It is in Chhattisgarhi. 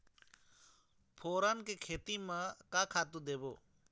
फोरन के खेती म का का खातू देबो?